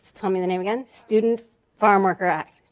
tell me the name again, student farmworker act.